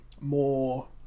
more